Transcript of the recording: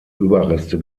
überreste